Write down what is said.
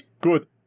Good